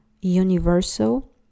universal